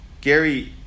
Gary